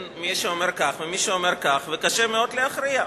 יש מי שאומר כך ומי שאומר כך וקשה מאוד להכריע.